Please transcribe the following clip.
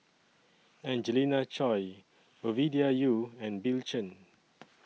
Angelina Choy Ovidia Yu and Bill Chen